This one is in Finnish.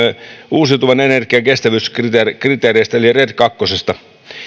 uusiutuvan energian kestävyyskriteereistä eli red kahdesta